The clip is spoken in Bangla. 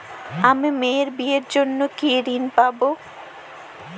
আমি মেয়ের বিয়ের জন্য কি ঋণ পাবো?